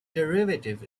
derivative